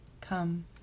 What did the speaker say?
Come